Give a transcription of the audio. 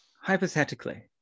hypothetically